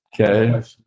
Okay